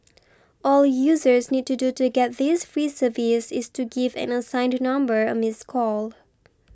all users need to do to get this free service is to give an assigned number a missed call